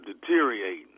deteriorating